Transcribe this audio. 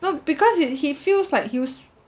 so because he he feels like he was